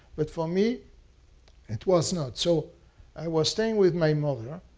but for me it was not. so i was staying with my mother.